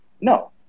No